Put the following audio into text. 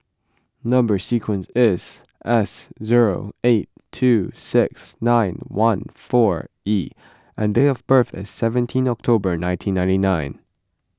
Number Sequence is S zero eight two six nine one four E and date of birth is seventeen October nineteen ninety nine